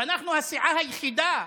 ואנחנו הסיעה היחידה,